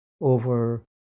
over